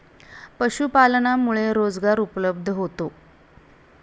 पशुपालनामुळे रोजगार उपलब्ध होतो